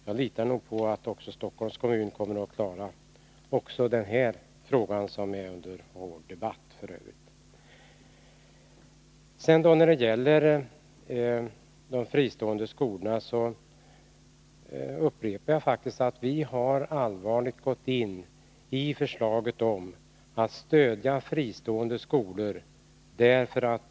Jag litar på att Stockholms kommun klarar också denna fråga, som vi nu debatterar. Jag upprepar att vi allvarligt har studerat förslaget om att stödja de fristående skolorna.